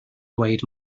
dweud